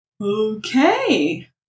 Okay